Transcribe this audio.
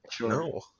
no